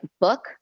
book